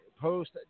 post